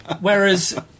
Whereas